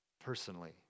Personally